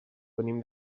venim